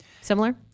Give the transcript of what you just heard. similar